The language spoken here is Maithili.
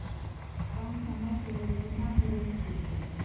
कम समय के लेल केना निवेश ठीक होते?